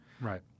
Right